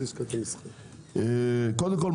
קודם כול,